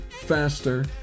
faster